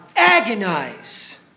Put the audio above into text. agonize